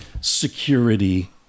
security